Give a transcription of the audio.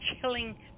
chilling